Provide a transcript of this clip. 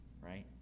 right